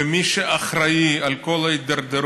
ומי שאחראי על כל ההידרדרות,